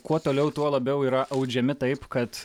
kuo toliau tuo labiau yra audžiami taip kad